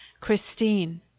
Christine